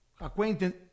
Acquaintance